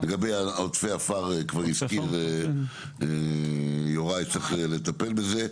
לגבי עודפי עפר כבר הזכיר יוראי שצריך לטפל בזה.